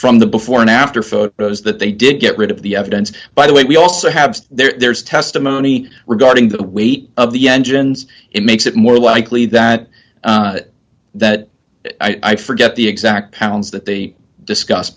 from the before and after photos that they did get rid of the evidence by the way we also have there's testimony regarding the weight of the engines it makes it more likely that that i forget the exact pounds that they discuss